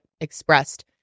expressed